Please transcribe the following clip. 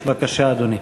בבקשה, אדוני.